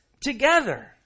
together